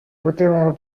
potevano